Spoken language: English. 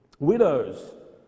widows